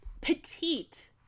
petite